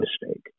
mistake